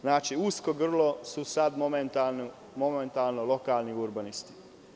Znači, usko grlo su sad momentalno lokalni urbanisti.